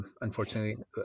unfortunately